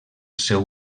seu